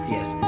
Yes